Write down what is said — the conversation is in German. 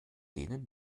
denen